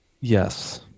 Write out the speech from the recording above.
Yes